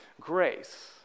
grace